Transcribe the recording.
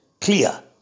clear